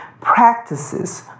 practices